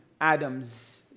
Adams